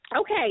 Okay